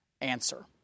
answer